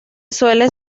suele